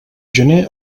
gener